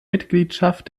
mitgliedschaft